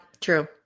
True